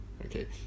okay